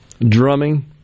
drumming